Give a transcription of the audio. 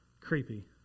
creepy